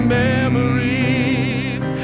memories